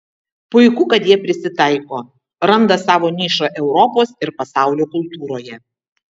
puiku kad jie prisitaiko randa savo nišą europos ir pasaulio kultūroje